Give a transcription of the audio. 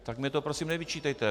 Tak mi to prosím nevyčítejte.